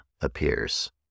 appears